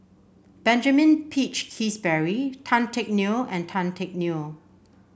Benjamin Peach Keasberry Tan Teck Neo and Tan Teck Neo